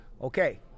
okay